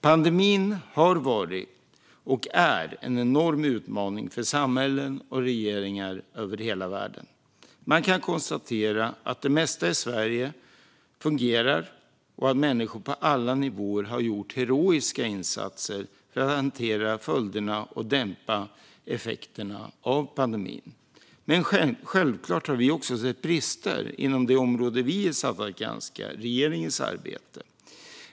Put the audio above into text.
Pandemin har varit och är en enorm utmaning för samhällen och regeringar över hela världen. Man kan konstatera att det mesta i Sverige har fungerat och att människor på alla nivåer har gjort heroiska insatser för att hantera följderna och dämpa effekterna av pandemin. Men självfallet har vi också sett brister inom det område som vi är satta att granska, nämligen regeringens arbete.